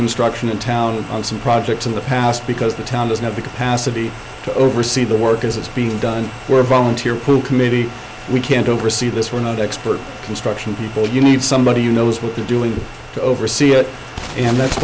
construction in town on some projects in the past because the town doesn't have the capacity to oversee the work as it's being done through committee we can't oversee this we're not expert construction people you need somebody who knows what they're doing to oversee it and that's